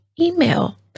email